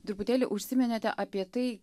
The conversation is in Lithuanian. truputėlį užsiminėte apie tai